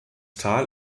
tal